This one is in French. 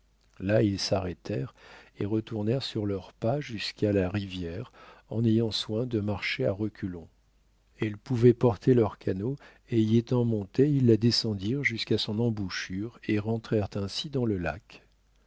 là ils s'arrêtèrent et retournèrent sur leurs pas jusqu'à la rivière en ayant soin de marcher à reculons elle pouvait porter leur canot et y étant montés ils la descendirent jusqu'à son embouchure et rentrèrent ainsi dans le lac